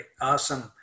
Awesome